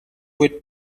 with